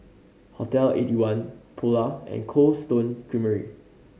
Hotel Eighty one Polar and Cold Stone Creamery